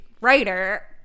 writer